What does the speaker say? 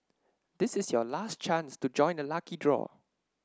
this is your last chance to join the lucky draw